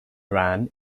ran